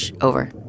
Over